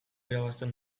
irabazten